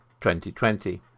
2020